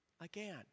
again